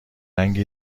رنگ